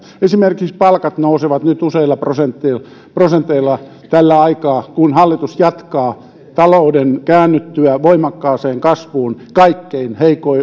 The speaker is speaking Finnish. esimerkiksi palkat nousevat nyt useilla prosenteilla tällä aikaa kun hallitus talouden käännyttyä voimakkaaseen kasvuun jatkaa leikkaamista kaikkein